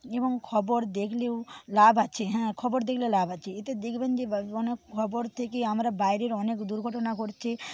এবং খবর দেখলেও লাভ আছে হ্যাঁ খবর দেখলে লাভ আছে এতে দেখবেন যে কোন খবর থেকে আমরা বাইরে অনেক দুর্ঘটনা ঘটছে